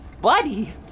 Buddy